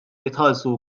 jitħallsu